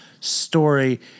story